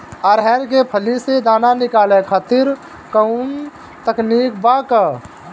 अरहर के फली से दाना निकाले खातिर कवन तकनीक बा का?